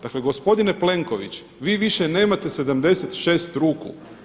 Dakle gospodine Plenković, vi više nemate 76 ruku.